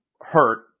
hurt